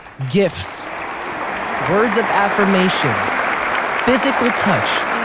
gifts words of affirmation physical touch,